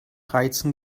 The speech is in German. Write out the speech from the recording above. reizen